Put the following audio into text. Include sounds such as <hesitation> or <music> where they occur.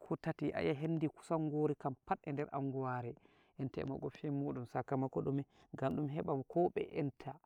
ko tati ayi'ai hendi kusan ngori kam pat eder anguware <hesitation> enta e makobshi em muɗum, sakamako ɗume? gam ɗum heɓa kobeye enta